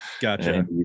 Gotcha